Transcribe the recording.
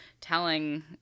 telling